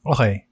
Okay